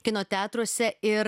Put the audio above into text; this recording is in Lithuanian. kino teatruose ir